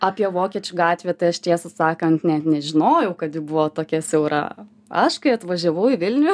apie vokiečių gatvę tai aš tiesą sakan net nežinojau kad ji buvo tokia siaura aš kai atvažiavau į vilnių